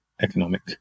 economic